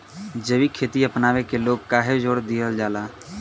जैविक खेती अपनावे के लोग काहे जोड़ दिहल जाता?